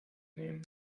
nehmen